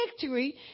victory